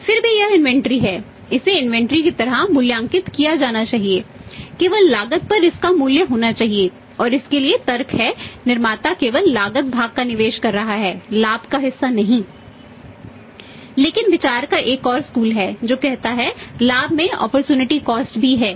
तो इसे इन्वेंटरी भी है